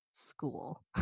school